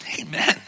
Amen